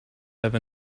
have